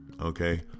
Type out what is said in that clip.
Okay